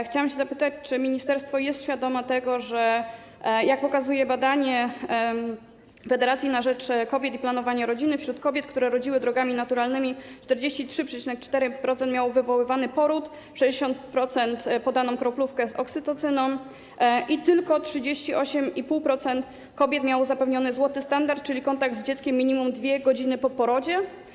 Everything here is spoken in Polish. Chciałam zapytać, czy ministerstwo jest świadome tego, że, jak pokazuje badanie Federacji na rzecz Kobiet i Planowania Rodziny, wśród kobiet, które rodziły drogami naturalnymi, 43,4% miało wywoływany poród, 60% podaną kroplówkę z oksytocyną i tylko 38,5% kobiet miało zapewniony złoty standard, czyli kontakt z dzieckiem minimum 2 godziny po porodzie.